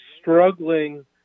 struggling